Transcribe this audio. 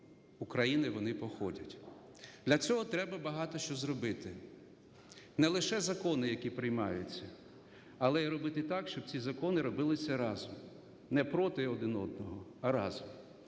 України вони походять. Для цього треба багато що зробити. Не лише закони, які приймаються. Але і робити так, щоб ці закони робилися разом. Не проти один одного, а разом.